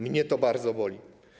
Mnie to bardzo boli.